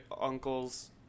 uncles